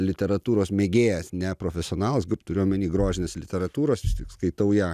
literatūros mėgėjas neprofesionalas turiu omeny grožinės literatūros vis tik skaitau ją